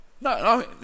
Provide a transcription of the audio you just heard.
No